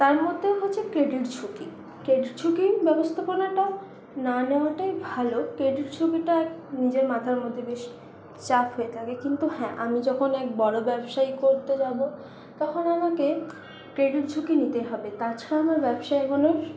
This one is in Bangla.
তার মধ্যে হচ্ছে ক্রেডিট ঝুঁকি ক্রেডিট ঝুঁকি ব্যবস্থাপনাটা না নেওয়াটাই ভালো ক্রেডিট ঝুঁকিটা এক নিজের মাথার মধ্যে বেশি চাপ হয়ে থাকে কিন্তু হ্যাঁ আমি যখন এক বড় ব্যবসায়ী করতে যাব তখন আমাকে ক্রেডিট ঝুঁকি নিতে হবে তাছাড়া আমার ব্যবসা এগোনোর